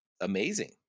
amazing